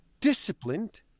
disciplined